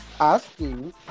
asking